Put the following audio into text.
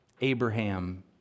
Abraham